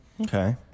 Okay